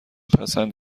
پسند